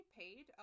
paid